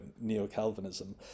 neo-calvinism